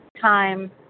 time